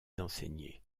d’enseigner